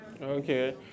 Okay